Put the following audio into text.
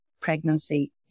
pregnancy